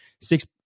six